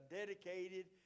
dedicated